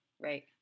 Right